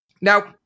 Now